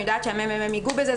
אני יודעת שהממ"מ ייגעו בזה.